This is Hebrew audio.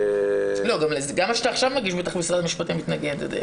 גם מה שאתה עכשיו תגיש, בטח משרד המשפטים יתנגד.